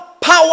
power